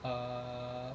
err